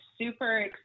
super